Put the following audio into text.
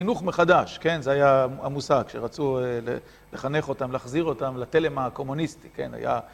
תינוך מחדש, כן, זה היה המושג שרצו לחנך אותם, להחזיר אותם לתלם הקומוניסטי, כן, היה...